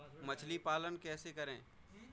मछली पालन कैसे करें?